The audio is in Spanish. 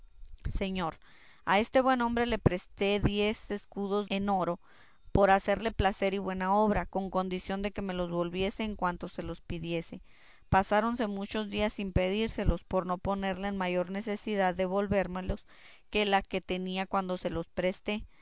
señor a este buen hombre le presté días ha diez escudos de oro en oro por hacerle placer y buena obra con condición que me los volviese cuando se los pidiese pasáronse muchos días sin pedírselos por no ponerle en mayor necesidad de volvérmelos que la que él tenía cuando yo se los presté